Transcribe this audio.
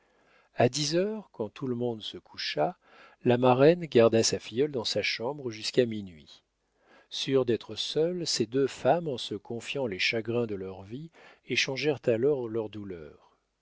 a dix heures quand tout le monde se coucha la marraine garda sa filleule dans sa chambre jusqu'à minuit sûres d'être seules ces deux femmes en se confiant les chagrins de leur vie échangèrent alors leurs douleurs